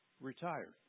retired